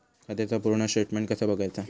खात्याचा पूर्ण स्टेटमेट कसा बगायचा?